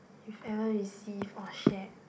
you've ever received or shared